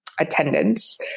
Attendance